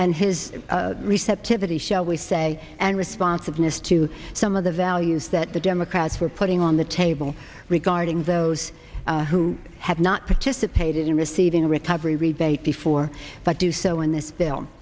and his receptivity shall we say and responsiveness to some of the values that the democrats were putting on the table regarding those who have not participated in receiving a recovery rebate before but do so in this bil